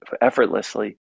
effortlessly